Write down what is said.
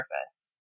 surface